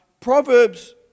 proverbs